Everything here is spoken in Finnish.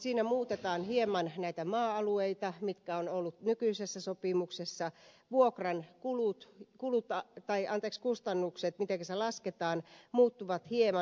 siinä muutetaan hieman näitä maa alueita mitkä ovat olleet nykyisessä sopimuksessa ja vuokran kustannukset mitenkä se lasketaan muuttuvat hieman